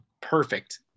perfect